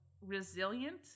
resilient